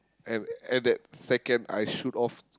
and at that second I shoot off